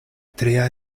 tria